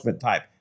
type